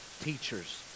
teachers